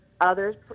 others